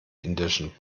indischen